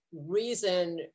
reason